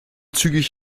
zügig